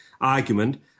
argument